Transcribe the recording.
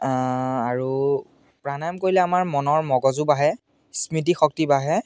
আৰু প্ৰাণায়াম কৰিলে আমাৰ মনৰ মগজু বাঢ়ে স্মৃতিশক্তি বাঢ়ে